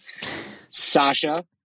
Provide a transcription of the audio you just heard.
Sasha